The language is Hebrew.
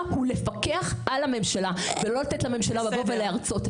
הוא לפקח על הממשלה ולא לתת לממשלה לבוא ולהרצות.